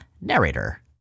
Narrator